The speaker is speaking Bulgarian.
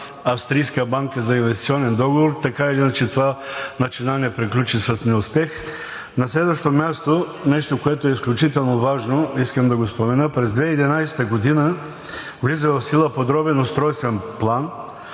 австрийска банка за инвестиционен договор, така или иначе това начинание приключи с неуспех. На следващо място, нещо, което е изключително важно, искам да го спомена. През 2011 г. влиза в сила Подробен устройствен план